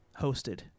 hosted